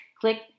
click